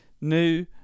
new